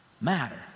matter